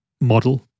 model